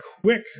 quick